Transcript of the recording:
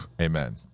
amen